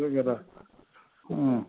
சுகரா ம்